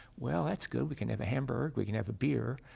well, that's good, we can have a hamburger, we can have a beer,